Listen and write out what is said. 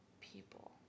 people